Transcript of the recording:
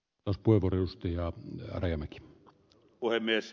orvodusti ja jari mäki on puhemies